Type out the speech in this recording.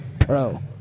Pro